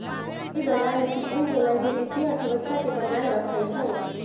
सही बजार नीति उ होअलई जे वित्तीय अर्थव्यवस्था के बनाएल रखई छई